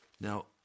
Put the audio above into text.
Now